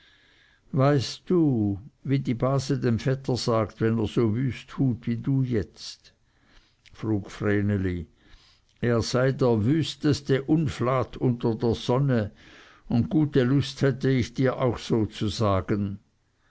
weißt du wie die base dem vetter sagt wenn er so wüst tut wie du jetzt frug vreneli er sei der wüsteste unflat unter der sonne und gute lust hätte ich dir auch so